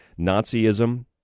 Nazism